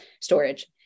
Storage